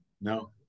No